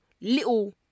little